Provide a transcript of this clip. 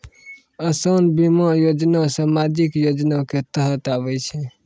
असान बीमा योजना समाजिक योजना के तहत आवै छै